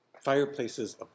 Fireplaces